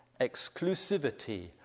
exclusivity